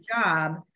job